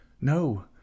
No